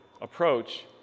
approach